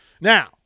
Now